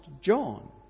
John